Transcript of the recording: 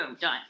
done